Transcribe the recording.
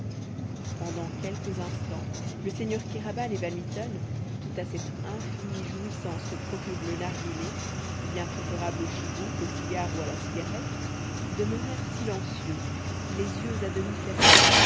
pendant quelques instants le seigneur kéraban et van mitten tout à cette infinie jouissance que procure le narghilé bien préférable au chibouk au cigare ou à la cigarette demeurèrent silencieux les yeux à demi fermés